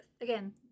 again